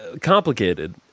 complicated